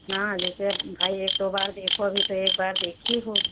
हाँ जैसे अब भाई एक दो बार देखो अभी तो एक बार देखी हो